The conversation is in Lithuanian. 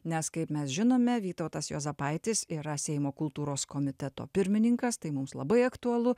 nes kaip mes žinome vytautas juozapaitis yra seimo kultūros komiteto pirmininkas tai mums labai aktualu